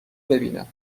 ببینم